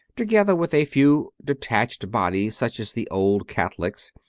together with a few detached bodies, such as the old catholics,